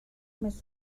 més